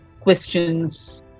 questions